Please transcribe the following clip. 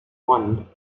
one